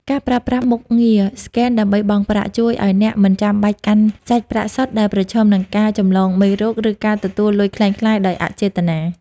ការប្រើប្រាស់មុខងារ ស្កែនដើម្បីបង់ប្រាក់ ជួយឱ្យអ្នកមិនចាំបាច់កាន់សាច់ប្រាក់សុទ្ធដែលប្រឈមនឹងការចម្លងមេរោគ ឬការទទួលលុយក្លែងក្លាយដោយអចេតនា។